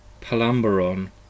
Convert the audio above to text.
Palambaron